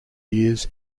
years